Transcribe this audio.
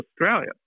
Australia